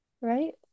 Right